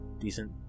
Decent